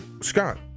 Scott